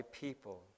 people